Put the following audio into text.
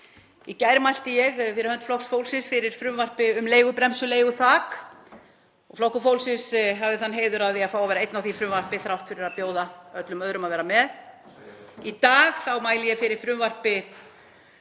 Í gær mælti ég fyrir hönd Flokks fólksins fyrir frumvarpi um leigubremsu og leiguþak og Flokkur fólksins hafði þann heiður að fá að vera einn á því frumvarpi þrátt fyrir að bjóða öllum öðrum að vera með. Í dag mæli ég fyrir frumvarpi